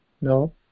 no